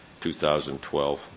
2012